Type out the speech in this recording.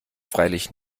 freilich